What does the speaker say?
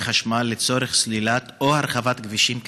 חשמל לצורך סלילת או הרחבת כבישים קיימים.